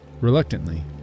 Reluctantly